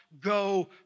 go